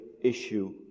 issue